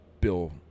Bill